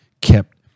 kept